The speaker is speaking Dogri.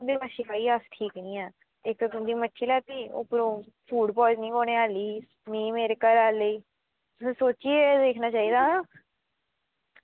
तुंदी मच्छी खाइयै अस ठीक निं हैन इक्क किलो मच्छी लैती ते होर फूड प्वाइजनिंग होने आह्ली ही मेरे घरै आह्ले गी में सोचियै दिक्खना चाहिदा